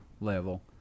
level